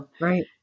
right